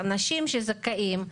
אנשים שזכאים,